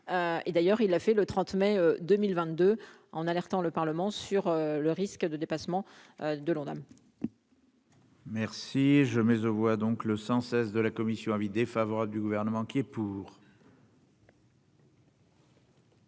et d'ailleurs, il a fait le 30 mai 2022 en alertant le Parlement sur le risque de dépassement de l'Ondam. Merci. Je mets aux voix donc le 100 cesse de la Commission avis défavorable du gouvernement qui est pour.